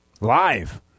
Live